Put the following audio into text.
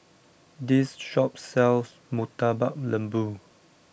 this shop sells Murtabak Lembu